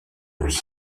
lui